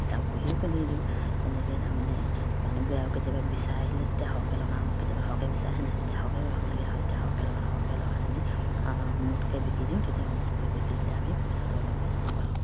কিতাপ বহিও কিনি দিওঁ এনেকৈ তাৰমানে মানুহবোৰে আৰু কেতিয়াবা বিচাৰি আহিলে তেতিয়া সৰহকৈ লগাওঁ কেতিয়াবা সৰহকৈ বিচাৰে নাই তেতিয়া সৰহকৈ লগাবলগীয়া হয় তেতিয়া সৰহকৈ লগাওঁ সৰহকৈ লগালে আমি মুঠকৈ বিকি দিওঁ তেতিয়া মুঠকৈ বিকি দিলে আমি পইচাটো অলপ বেছি পাওঁ